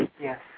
Yes